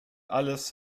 alles